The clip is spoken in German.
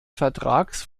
vertrags